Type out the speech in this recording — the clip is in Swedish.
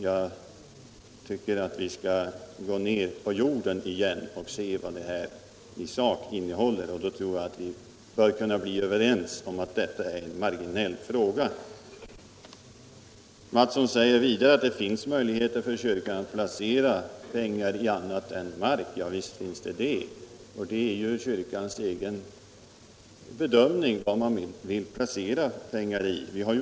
Jag tycker att vi skall gå ned på jorden igen och se vad detta i sak innehåller. Då tror jag att vi bör kunna bli överens om att detta är en marginell fråga. Herr Mattsson säger vidare att det finns möjligheter för kyrkan att placera pengar i annat än mark. Visst finns det andra möjligheter, och det är kyrkans egen sak att bedöma var man vill placera sina pengar.